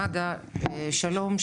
שלום,